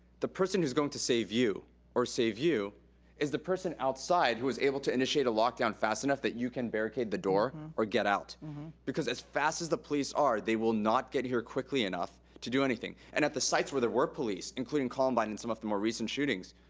the person who's going to save you or save you is the person outside who is able to initiate a lockdown fast enough that you can barricade the door or get out because as fast as the police are, they will not get here quickly enough to do anything. and at the sites where there were police, including columbine and some of the more recent shootings,